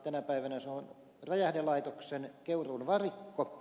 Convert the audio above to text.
tänä päivänä se on räjähdelaitoksen keuruun varikko